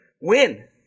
win